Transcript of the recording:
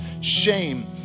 shame